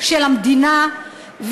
של המדינה.